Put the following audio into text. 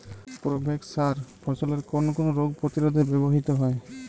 Provex সার ফসলের কোন কোন রোগ প্রতিরোধে ব্যবহৃত হয়?